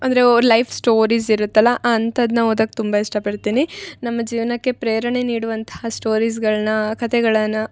ಅಂದರೆ ಅವ್ರ life stories ಇರತಲ್ಲ ಅಂಥದ್ನ ಓದಕ್ಕೆ ತುಂಬ ಇಷ್ಟ ಪಡ್ತೀನಿ ನಮ್ಮ ಜೀವನಕ್ಕೆ ಪ್ರೇರಣೆ ನೀಡುವಂಥ ಸ್ಟೋರೀಸ್ಗಳನ್ನು ಆ ಕತೆಗಳನ್ನು